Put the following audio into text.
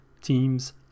teams